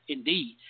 Indeed